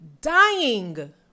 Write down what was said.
dying